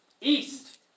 east